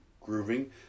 grooving